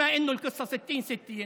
היות שהעניין הוא 60:60,